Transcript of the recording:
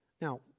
Now